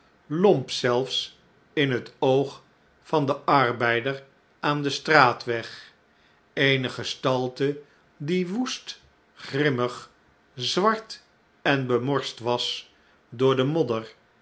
lomp zelfs in het oog van den arbeider aan den straatweg eene gestalte die woest grimmig zwart en bemorst was door de modder